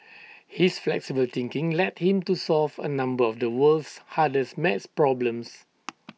his flexible thinking led him to solve A number of the world's hardest math problems